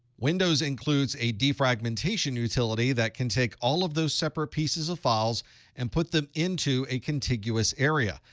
windows includes a defragmentation utility that can take all of those separate pieces of files and put them into a contiguous area.